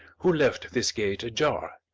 who left this gate ajar.